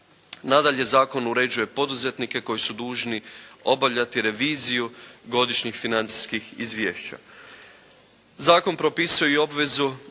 Nadalje zakon uređuje poduzetnike koji su dužni obavljati reviziju godišnjih financijskih izvješća.